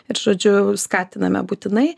ir žodžiu skatiname būtinai